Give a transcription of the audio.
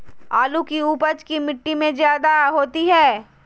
आलु की उपज की मिट्टी में जायदा होती है?